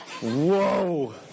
Whoa